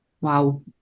Wow